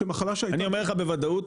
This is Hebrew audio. אני אומר לך בוודאות,